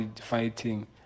fighting